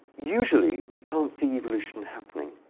usually, we can't see evolution happening.